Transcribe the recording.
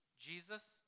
Jesus